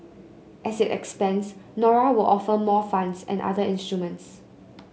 as it expands Nora will offer more funds and other instruments